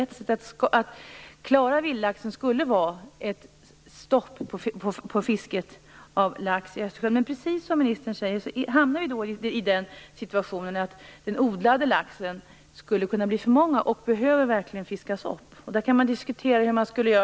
Ett sätt att klara vildlaxen skulle vara ett stopp på fisket av lax i Östersjön. Men precis som ministern säger hamnar vi då i den situationen att det skulle kunna bli för mycket odlad lax som verkligen behöver fiskas upp. Man kan diskutera hur man skall göra.